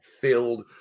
filled